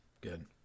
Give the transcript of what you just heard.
Good